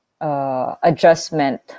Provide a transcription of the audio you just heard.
adjustment